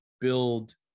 build